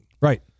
Right